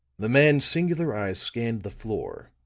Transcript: the man's singular eyes scanned the floor,